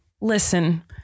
Listen